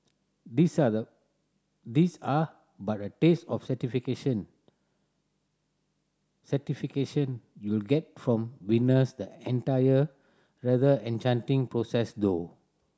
these are the these are but a taste of satisfaction satisfaction you'll get from witnessing the entire rather enchanting process though